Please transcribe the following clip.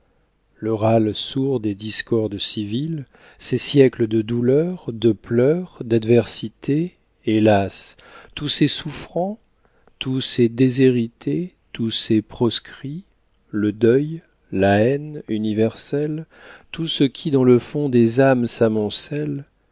râle sourd des discordes civiles ces siècles de douleurs de pleurs d'adversités hélas tous ces souffrants tous ces déshérités tous ces proscrits le deuil la haine universelle tout ce qui dans le fond des âmes